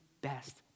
best